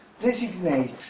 designate